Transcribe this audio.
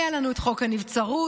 היה לנו חוק הנבצרות.